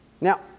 Now